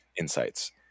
insights